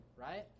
right